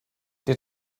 der